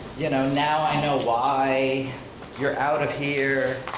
you know now i know why you're out of here,